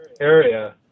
area